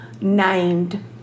named